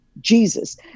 Jesus